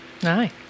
hi